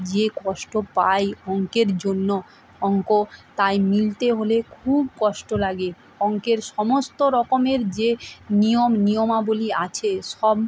যে কষ্ট পাই অঙ্কের জন্য অঙ্ক তাই মিলতে হলে খুব কষ্ট লাগে অঙ্কের সমস্ত রকমের যে নিয়ম নিয়মাবলী আছে সব